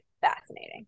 fascinating